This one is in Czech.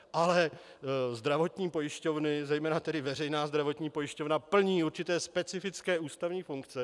Ale zdravotní pojišťovny, zejména tedy veřejná zdravotní pojišťovna, plní určité specifické ústavní funkce.